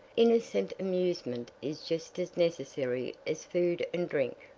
innocent amusement is just as necessary as food and drink.